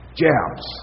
jabs